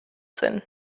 zen